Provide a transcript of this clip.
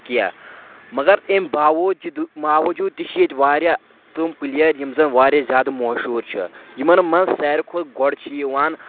کینٛہہ مگر أمۍ باوجُدُ باوجوٗد تہِ چھِ ییٚتہِ واریاہ تِم پٕلیر یِم زن واریاہ زیادٕ مشہوٗر چھِ یِمن منٛز ساروٕے کھۄتہٕ گۄڈٕ چھِ یِوان